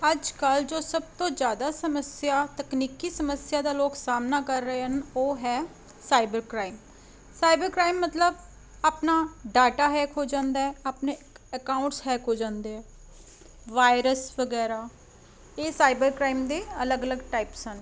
ਅੱਜ ਕੱਲ੍ਹ ਜੋ ਸਭ ਤੋਂ ਜ਼ਿਆਦਾ ਸਮੱਸਿਆ ਤਕਨੀਕੀ ਸਮੱਸਿਆ ਦਾ ਲੋਕ ਸਾਹਮਣਾ ਕਰ ਰਹੇ ਹਨ ਉਹ ਹੈ ਸਾਈਬਰ ਕ੍ਰਾਈਮ ਸਾਈਬਰ ਕ੍ਰਾਈਮ ਮਤਲਬ ਆਪਣਾ ਡਾਟਾ ਹੈਕ ਹੋ ਜਾਂਦਾ ਆਪਣੇ ਅਕਾਊਂਟਸ ਹੈਕ ਹੋ ਜਾਂਦੇ ਆ ਵਾਇਰਸ ਵਗੈਰਾ ਇਹ ਸਾਈਬਰ ਕ੍ਰਾਈਮ ਦੇ ਅਲੱਗ ਅਲੱਗ ਟਾਈਪਸ ਹਨ